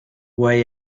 way